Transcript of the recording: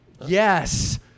Yes